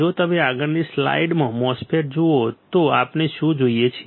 જો તમે આગળની સ્લાઇડમાં MOSFET જુઓ તો આપણે શું જોઈએ છીએ